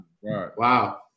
wow